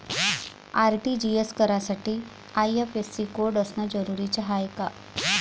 RTGS करासाठी IFSC code असनं जरुरीच हाय का?